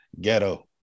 ghetto